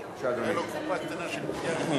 כולם כבר מדברים על ממשלת האחדות.